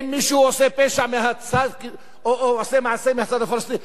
אם מישהו עושה פשע או עושה מעשה מהצד הפלסטיני,